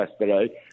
yesterday